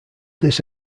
this